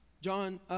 John